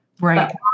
Right